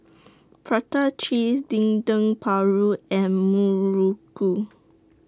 Prata Cheese Dendeng Paru and Muruku